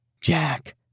Jack